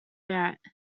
merit